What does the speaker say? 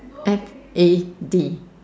X A D